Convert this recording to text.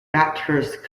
bathurst